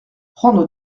prendre